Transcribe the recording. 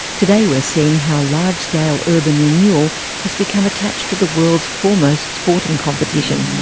today we're seeing how large-scale urban renewal has become attached to the world's foremost sporting competition,